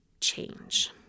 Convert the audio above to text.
change